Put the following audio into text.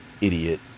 idiot